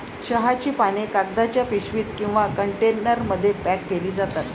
चहाची पाने कागदाच्या पिशवीत किंवा कंटेनरमध्ये पॅक केली जातात